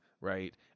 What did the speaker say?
right